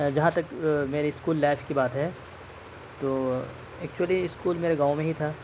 جہاں تک میری اسکول لائف کی بات ہے تو ایکچولی اسکول میرے گاؤں میں ہی تھا